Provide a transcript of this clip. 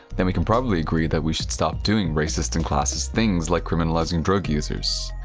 then we can probably agree that we should stop doing racist and classist things like criminalizing drug users.